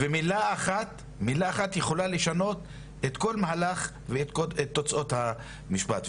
ומילה אחת יכולה לשנות את כל מהלך ותוצאות המשפט.